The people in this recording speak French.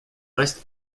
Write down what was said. reste